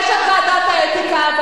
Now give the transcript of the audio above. יש ועדת האתיקה,